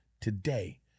today